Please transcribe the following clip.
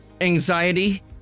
Anxiety